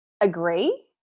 agree